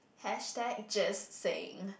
hashtag just saying